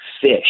fish